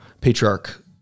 patriarch